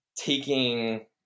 Taking